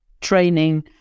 training